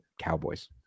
Cowboys